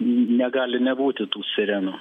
negali nebūti tų sirenų